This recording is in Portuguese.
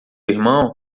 irmão